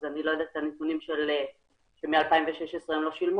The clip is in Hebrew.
אז אני לא יודעת את הנתונים שמ-2016 לא שילמו,